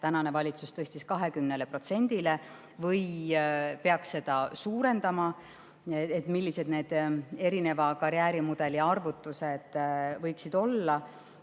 tänane valitsus tõstis 20%-le, või peaks seda suurendama, ja millised need erineva karjäärimudeli arvutused võiksid olla.